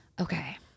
Okay